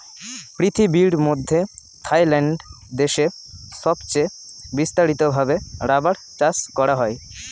পৃথিবীর মধ্যে থাইল্যান্ড দেশে সবচে বিস্তারিত ভাবে রাবার চাষ করা হয়